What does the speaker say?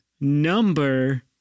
number